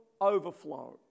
overflow